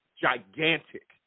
gigantic